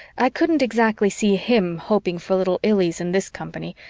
i couldn't exactly see him hoping for little illies in this company,